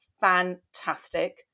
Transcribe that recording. fantastic